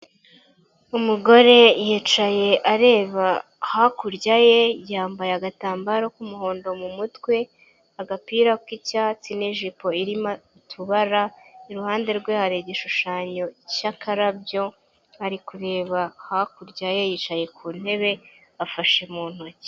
Umugore yicaye areba hakurya ye yambaye agatambaro k'umuhondo mu mutwe, agapira k'icyatsi n'ijipo irimo utubara, iruhande rwe hari igishushanyo cy'akarabyo ari kureba hakurya ye yicaye ku ntebe afashe mu ntoki.